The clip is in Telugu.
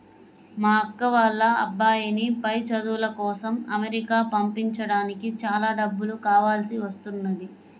మా అక్క వాళ్ళ అబ్బాయిని పై చదువుల కోసం అమెరికా పంపించడానికి చాలా డబ్బులు కావాల్సి వస్తున్నది